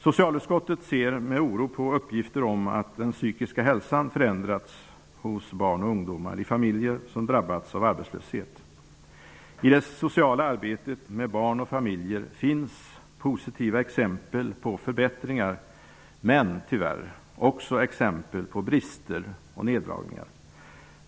Socialutskottet ser med oro på uppgifter om att den psykiska hälsan förändrats hos barn och ungdomar i familjer som drabbats av arbetslöshet. I det sociala arbetet med barn och familjer finns positiva exempel på förbättringar men tyvärr också exempel på brister och neddragningar.